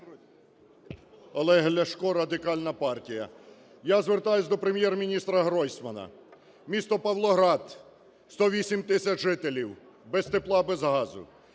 Олег Ляшка, Радикальна партія. Я звертаюсь до Прем'єр-міністраГройсмана. Місто Павлоград – 108 тисяч жителів без тепла, без газу.